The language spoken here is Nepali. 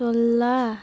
सोह्र